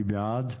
מי בעד?